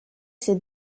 ses